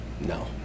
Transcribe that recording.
no